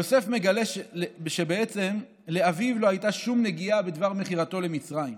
יוסף מגלה שבעצם לאביו לא הייתה שום נגיעה בדבר מכירתו למצרים.